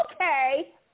Okay